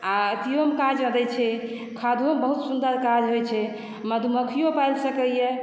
आ अथियोमे काज अबै छै खादहोमे बहुत सुन्दर काज होइ छै मधुमक्खीयो पालि सकैया